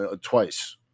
twice